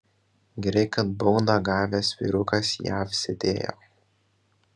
gerai kad baudą gavęs vyrukas jav sėdėjo